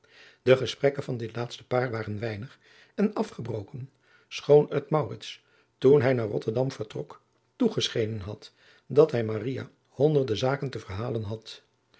de gesprekken van dit laatste paar waren weinig en afgebroken schoon het maurits toen hij naar rotterdam vertrok toegeschenen had dat hij maria honderde zaken te verhalen had